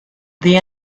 the